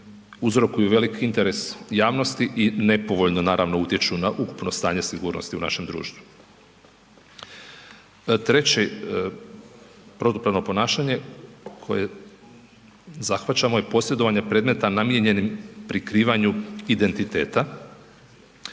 uzrokuju veliki interes javnosti i nepovoljno naravno utječu na ukupno stanje sigurnosti u našem društvu. Treće protupravno ponašanje koje zahvaćamo je posjedovanje predmeta namijenjenih prikrivanju identiteta.